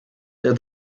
der